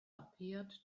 appeared